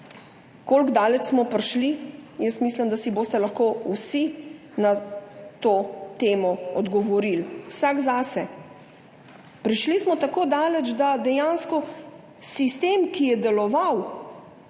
Kako daleč pa smo prišli? Jaz mislim, da si boste lahko vsi na to temo odgovorili vsak zase. Prišli smo tako daleč, da dejansko sistem, ki je deloval